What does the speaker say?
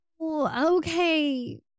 okay